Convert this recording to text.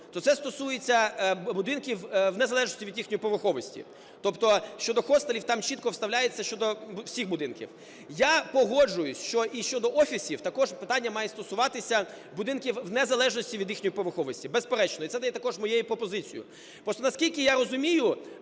то це стосується будинків в незалежності від їхньої поверховості. Тобто щодо хостелів, там чітко вставляється щодо всіх будинків. Я погоджуюсь, що і щодо офісів також питання має стосуватися будинків в незалежності від їхньої поверховості, безперечно. І це є також моєю пропозицією. Просто, наскільки я розумію,